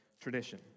tradition